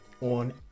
on